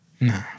No